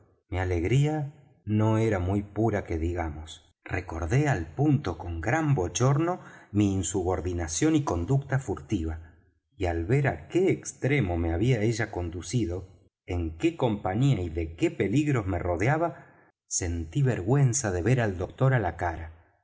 mi alegría no era muy pura que digamos recordé al punto con gran bochorno mi insubordinación y conducta furtiva y al ver á qué extremo me había ella conducido en qué compañía y de qué peligros me rodeaba sentí vergüenza de ver al doctor á la cara